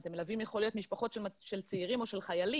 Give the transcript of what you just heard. הם מלווים יכול להיות משפחות של צעירים או של חיילים,